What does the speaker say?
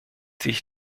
sich